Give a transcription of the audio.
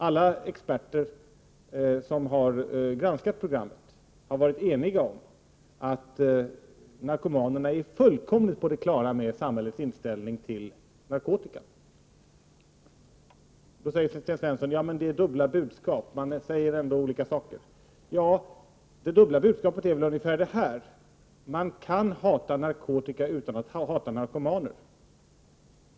Alla experter som granskat programmet har varit eniga om att narkomanerna är fullkomligt klara över samhällets inställning till narkotikan. Men Sten Svensson säger: Ja, men här finns det dubbla budskap. Man säger ju olika saker. Ja, det dubbla budskapet skulle kunna vara följande: Man kan hata narkotika utan att hata narkomaner.